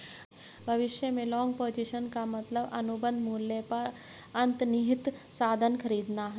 भविष्य में long position का मतलब अनुबंध मूल्य पर अंतर्निहित साधन खरीदना है